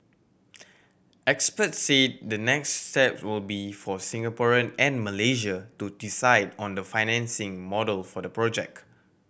experts said the next step will be for Singaporean and Malaysia to decide on the financing model for the project